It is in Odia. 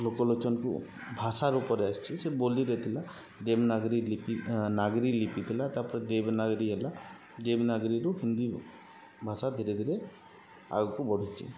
ଲୋକ ଲୋଚନକକୁ ଭାଷାର ରୂପରେ ଆସିଚି ସେ ବୋଲିରେ ଥିଲା ଦେବନାଗରୀ ଲିପି ନାଗରୀ ଲିପି ଥିଲା ତାପରେ ଦେବନାଗରୀ ହେଲା ଦେବନାଗରୀରୁ ହିନ୍ଦୀ ଭାଷା ଧୀରେ ଧୀରେ ଆଗକୁ ବଢ଼ୁଛି